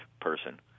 person